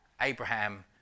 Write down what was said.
Abraham